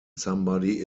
somebody